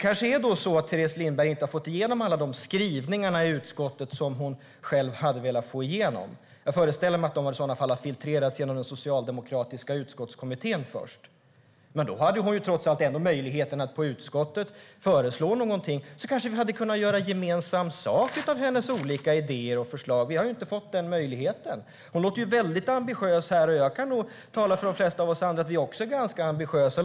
Kanske är det så att Teres Lindberg inte har fått igenom alla de skrivningar som hon hade velat få igenom i utskottet. Jag föreställer mig att de i så fall har filtrerats genom den socialdemokratiska utskottskommittén först. Men då hade hon trots allt möjligheten att föreslå någonting för utskottet, så hade vi kanske kunnat göra gemensam sak av hennes olika idéer och förslag. Vi har ju inte fått den möjligheten. Hon låter väldigt ambitiös, och jag kan nog säga att de flesta av oss andra också är ganska ambitiösa.